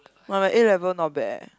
but my A-level not bad eh